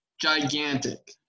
gigantic